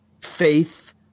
faith